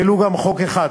ולו גם חוק אחד.